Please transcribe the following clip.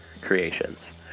creations